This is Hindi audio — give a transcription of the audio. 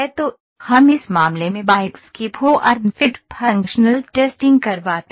तो हम इस मामले में बाइक्स की फॉर्म फिट फंक्शनल टेस्टिंग करवाते हैं